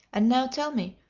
and now tell me,